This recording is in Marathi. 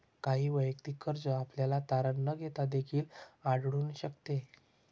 काही वैयक्तिक कर्ज आपल्याला तारण न घेता देखील आढळून शकते